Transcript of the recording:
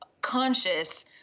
conscious